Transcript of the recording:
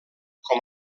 com